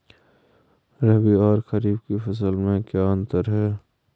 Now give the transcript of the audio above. रबी और खरीफ की फसल में क्या अंतर है?